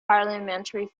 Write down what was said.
parliamentary